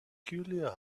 peculiar